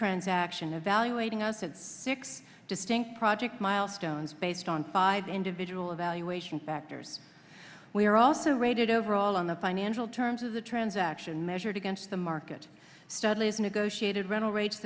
transaction evaluating us at six distinct project milestones based on five individual evaluation factors we are also rated overall on the financial terms of the transaction measured against the market studies negotiated rental rates